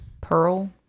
Pearl